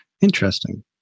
Interesting